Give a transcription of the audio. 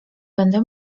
będę